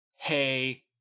hey